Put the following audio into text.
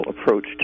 approach